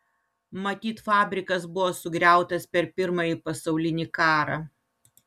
matyt fabrikas buvo sugriautas per pirmąjį pasaulinį karą